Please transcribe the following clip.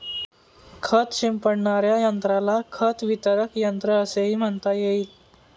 खत शिंपडणाऱ्या यंत्राला खत वितरक यंत्र असेही म्हणता येईल